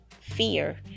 fear